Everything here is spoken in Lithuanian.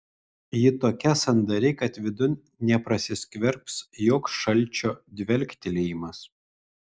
ji tokia sandari kad vidun neprasiskverbs joks šalčio dvelktelėjimas